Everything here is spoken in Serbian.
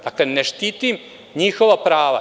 Dakle, ne štitim njihova prava.